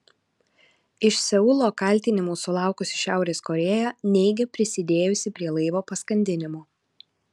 iš seulo kaltinimų sulaukusi šiurės korėja neigia prisidėjusi prie laivo paskandinimo